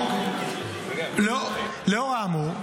לאור האמור,